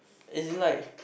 as in like